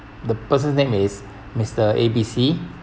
the person's name is mister A B C